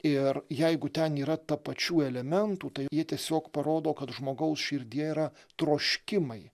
ir jeigu ten yra tapačių elementų tai jie tiesiog parodo kad žmogaus širdyje yra troškimai